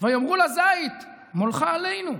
ויאמרו לזית מלוכה עלינו.